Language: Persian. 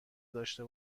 داشته